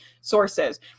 sources